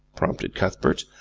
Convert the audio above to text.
prompted cuthbert.